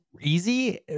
easy